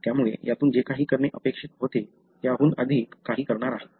त्यामुळे यातून जे काही करणे अपेक्षित होते त्याहून अधिक काही करणार आहे